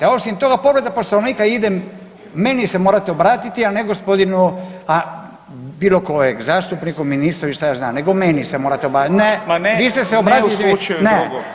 Osim toga, povreda Poslovnika ide, meni se morate obratiti, a ne gospodinu bilo kojeg, zastupniku, ministru i šta ja znam, nego meni se morate, ne. ... [[Upadica se ne čuje.]] Vi ste se obratili, ne.